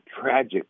tragic